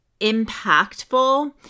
impactful